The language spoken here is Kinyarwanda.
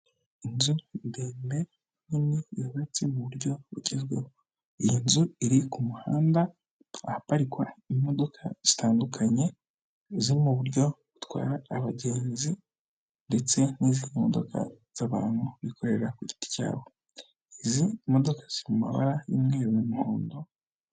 Inzu ndende nini yubatse mu buryo bugezweho, iyi nzu iri kumuhanda ahaparikwa imodoka zitandukanye, zo mu buryo butwara abagenzi ndetse nizindi modoka z'abantu bikorera ku giti cyabo, izi imodoka ziri mu mabara y'umweru n'umuhondo.